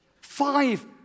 five